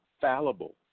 fallible